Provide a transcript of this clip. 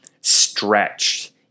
stretched